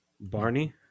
Barney